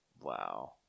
Wow